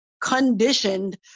conditioned